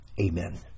Amen